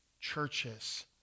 churches